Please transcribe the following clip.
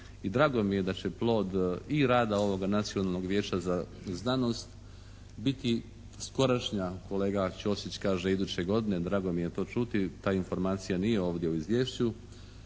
drago mi je da će plod i rada ovoga Nacionalnog vijeća za znanost biti skorašnja, kolega Ćosić kaže iduće godine, drago mi je to čuti, ta informacija nije ovdje u Izvješću,